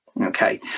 Okay